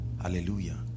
Hallelujah